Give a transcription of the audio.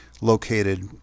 located